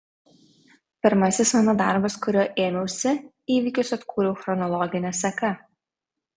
pirmasis mano darbas kurio ėmiausi įvykius atkūriau chronologine seka